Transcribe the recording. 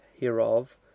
hereof